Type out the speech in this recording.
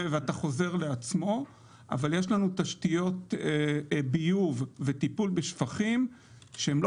אבל יש לנו תשתיות ביוב וטיפול בשפכים שלא